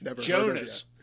Jonas